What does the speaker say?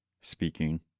speaking